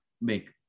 make